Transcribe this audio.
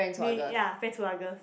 ya friends who are girls